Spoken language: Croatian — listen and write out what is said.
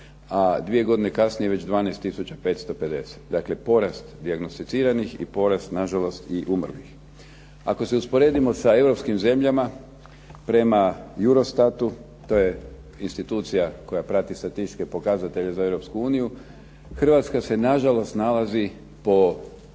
a dvije godine kasnije već 12 tisuća 550, dakle porast dijagnosticiranih i porast na žalost i umrlih. Ako se usporedimo sa Europskim zemljama prema Eurostatu, to je institucija koja prati statističke pokazatelje za Europsku uniju, Hrvatska se na žalost nalazi po pomoru